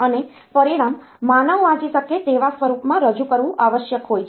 અને પરિણામ માનવ વાંચી શકે તેવા સ્વરૂપમાં રજૂ કરવું આવશ્યક હોય છે